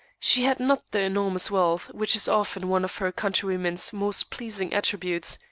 she had not the enormous wealth which is often one of her countrywomen's most pleasing attributes,